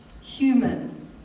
human